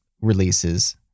releases